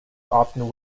often